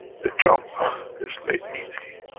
the job made easy.